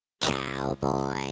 Cowboy